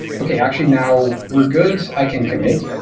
okay. actually, now we're good. i can commit.